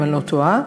אם אני לא טועה.